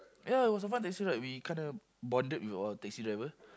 ya it was a fun taxi ride we kinda bonded with our taxi driver